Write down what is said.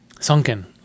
Sunken